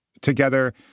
together